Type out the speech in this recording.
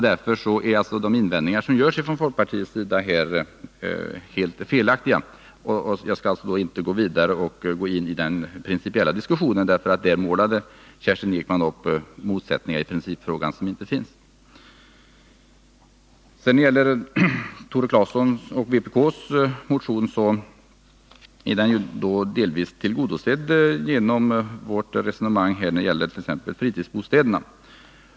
Därför är de invändningar som görs från folkpartihåll helt felaktiga. Jag skall alltså inte gå in på den principiella diskussionen, för där målade Kerstin Ekman upp motsättningar som inte finns. Motionen av Tore Claeson m.fl. är delvis tillgodosedd genom vårt resonemang när det gäller fritidsbostäderna.